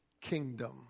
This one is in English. kingdom